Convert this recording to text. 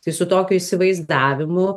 tai su tokiu įsivaizdavimu